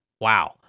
Wow